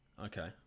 okay